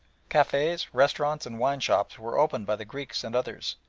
cafes, restaurants, and wine-shops were opened by the greeks and others,